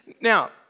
Now